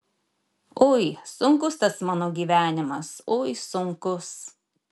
ui sunkus tas mano gyvenimas ui sunkus